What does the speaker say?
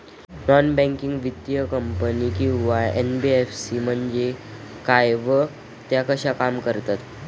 Non banking वित्तीय company किंवा NBFC म्हणजे काय व त्या कशा काम करतात?